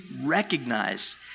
recognize